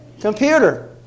Computer